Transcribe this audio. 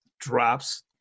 drops